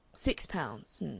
six pounds.